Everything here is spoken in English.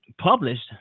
published